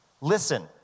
Listen